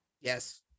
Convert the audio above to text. yes